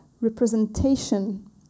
representation